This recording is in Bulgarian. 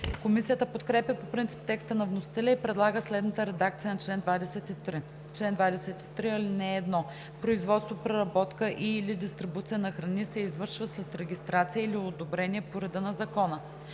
Комисията подкрепя по принцип текста на вносителя и предлага следната редакция на чл. 23: „Чл. 23. (1) Производство, преработка и/или дистрибуция на храни се извършва след регистрация или одобрение по реда на закона.